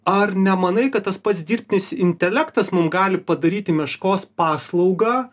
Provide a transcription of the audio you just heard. ar nemanai kad tas pats dirbtinis intelektas mum gali padaryti meškos paslaugą